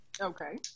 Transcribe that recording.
Okay